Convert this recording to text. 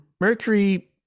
Mercury